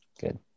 good